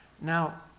Now